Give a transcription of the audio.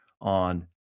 on